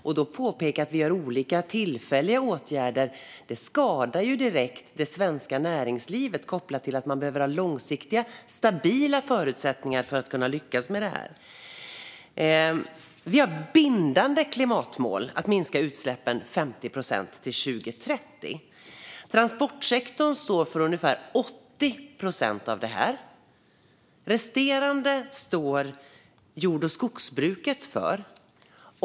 Att då påpeka att vi har olika tillfälliga åtgärder skadar direkt det svenska näringslivet. Man behöver ha långsiktiga stabila förutsättningar för att kunna lyckas med detta. Vi har bindande klimatmål om att minska utsläppen med 50 procent till 2030. Transportsektorn står för ungefär 80 procent av det. Resterande står jord och skogsbruket för.